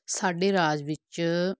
ਸਾਡੇ ਰਾਜ ਵਿੱਚ